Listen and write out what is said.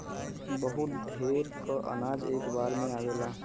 बहुत ढेर क अनाज एक बार में आवेला